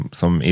som